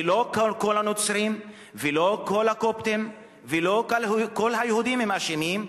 כי לא כל הנוצרים ולא כל הקופטים ולא כל היהודים הם אשמים,